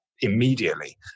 immediately